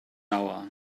hour